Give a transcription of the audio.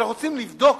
אנחנו רוצים לבדוק